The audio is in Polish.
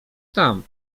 tam